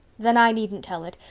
then i needn't tell it,